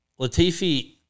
Latifi